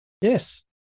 yes